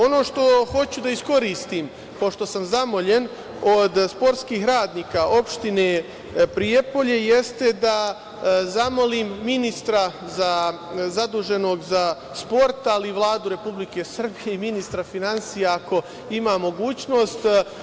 Ono što hoću da iskoristim, pošto sam zamoljen od sportskih radnika opštine Prijepolje, jeste, da zamolim ministra zaduženog za sport, ali i Vladu Republike Srbije i ministra finansija ako ima mogućnost.